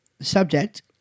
subject